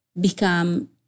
become